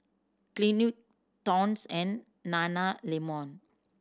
Clinique Toms and Nana Lemon